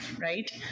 right